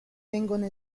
vengono